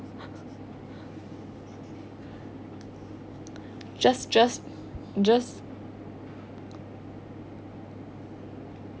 just just just